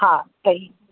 हा त ही